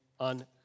on